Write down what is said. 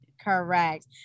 Correct